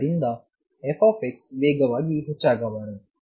ಆದ್ದರಿಂದ f ವೇಗವಾಗಿ ಹೆಚ್ಚಾಗಬಾರದು